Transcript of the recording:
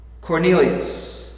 Cornelius